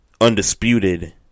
Undisputed